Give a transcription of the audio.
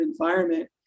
environment